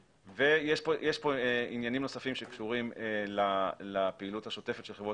יש פה עניינים נוספים שקשורים לפעילות השוטפת של חברות